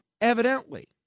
evidently